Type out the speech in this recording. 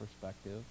perspective